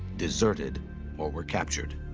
deserted or were captured.